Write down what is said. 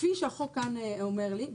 כפי שהחוק כאן אומר לי,